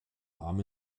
arm